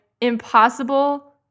impossible